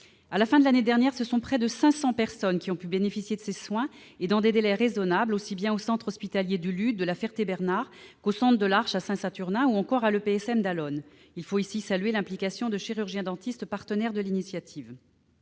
À la fin de l'année dernière, ce sont près de 500 personnes qui ont pu bénéficier de tels soins dans des délais raisonnables, aussi bien au centre hospitalier du Lude ou de La Ferté-Bernard qu'au centre de l'Arche à Saint-Saturnin ou encore à l'établissement public de santé mentale d'Allonnes. Il faut ici saluer l'implication de chirurgiens-dentistes partenaires de l'initiative.